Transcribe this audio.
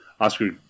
Oscar